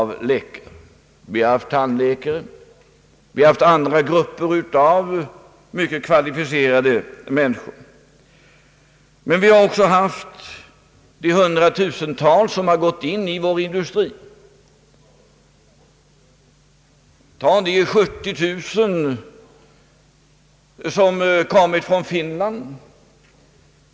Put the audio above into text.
Det har kommit tandläkare och andra grupper av mycket kvalificerade personer, men också de hundratusental som har gått in i vår industri. Låt mig nämna de 70 000 som har kommit från Finland.